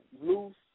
loose